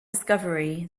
discovery